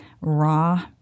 Raw